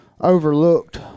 overlooked